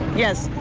yes,